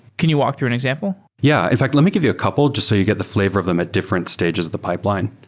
can you walk through an example? yeah. in fact, let me give you a couple just so you get the fl avor of them at different stages of the pipeline.